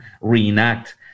reenact